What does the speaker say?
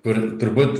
kur turbūt